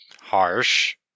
Harsh